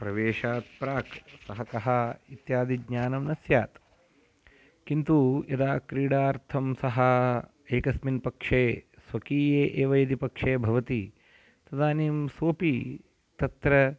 प्रवेशात् प्राक् सः कः इत्यादि ज्ञानं न स्यात् किन्तु यदा क्रीडार्थं सः एकस्मिन् पक्षे स्वकीये एव यदि पक्षे भवति तदानीं सोपि तत्र